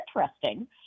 interesting